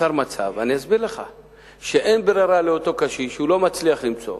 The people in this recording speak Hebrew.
נוצר מצב שאין ברירה לאותו קשיש שלא מצליח למצוא.